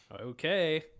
okay